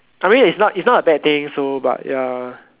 I mean it's not it's not a bad thing so but ya